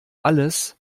alles